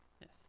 Yes